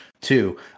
Two